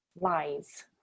lies